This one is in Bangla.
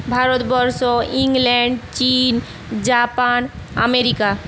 ভারতবর্ষ ইংল্যান্ড চিন জাপান আমেরিকা